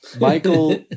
Michael